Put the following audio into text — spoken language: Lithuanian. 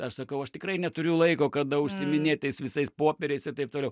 aš sakau aš tikrai neturiu laiko kada užsiiminėt tais visais popieriais ir taip toliau